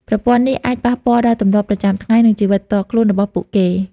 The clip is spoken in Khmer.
ប្រព័ន្ធនេះអាចប៉ះពាល់ដល់ទម្លាប់ប្រចាំថ្ងៃ និងជីវិតផ្ទាល់ខ្លួនរបស់ពួកគេ។